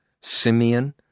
Simeon